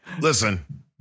listen